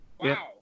wow